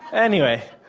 anyway,